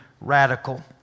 radical